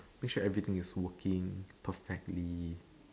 make sure everything is working perfectly